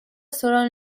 selon